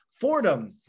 Fordham